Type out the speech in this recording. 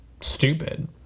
stupid